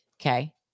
Okay